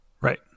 right